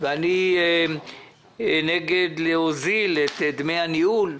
ואני נגד להוזיל את דמי הניהול.